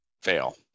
Fail